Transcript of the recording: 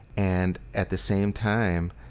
and, at the same time,